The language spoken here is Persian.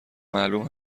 معلوم